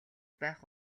байх